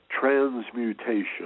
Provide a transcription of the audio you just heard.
transmutation